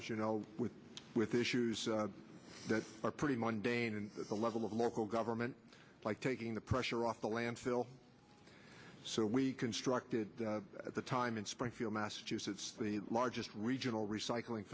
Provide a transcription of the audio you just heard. as you know with with issues that are pretty monday and the level of local government like taking the pressure off the landfill so we constructed the time in springfield massachusetts the largest regional recycling